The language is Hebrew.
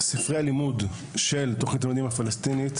ספרי הלימודים של תוכנית הלימודים הפלסטינית,